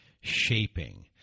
shaping